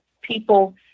people